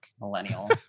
millennial